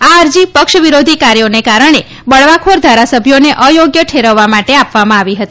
આ અરજી પક્ષ વિરોધી કાર્યોને કારણે બળવાખોર ધારાસભ્યોને અયોગ્ય ઠેરવવા માટે આપવામાં આવી હતી